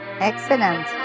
excellent